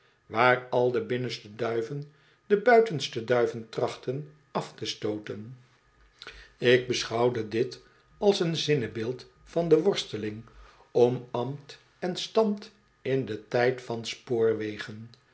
waar al de binnenste duiven de buitenste duiven trachtten af te stooten ik beschouwde dit als een zinnebeeld van de worsteling om ambt en stand in den tijd van spoorwegen